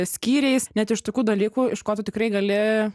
skyriais net iš tokių dalykų iš ko tu tikrai gali